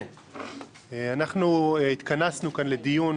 אנחנו התכנסנו כאן לדיון